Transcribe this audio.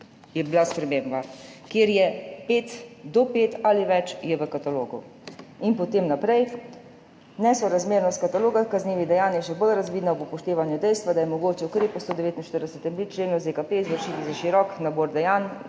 je bila sprememba, kjer je do pet ali več, je v katalogu. In potem naprej: »Nesorazmernost kataloga kaznivih dejanj je še bolj razvidna ob upoštevanju dejstva, da je mogoče ukrep po 149.b členu ZKP izvršiti za širok nabor dejanj: